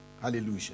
Hallelujah